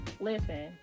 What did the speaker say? listen